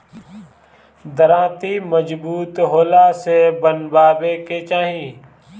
दराँती मजबूत लोहा से बनवावे के चाही